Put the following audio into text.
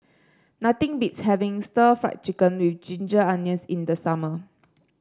nothing beats having Stir Fried Chicken with Ginger Onions in the summer